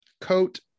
coat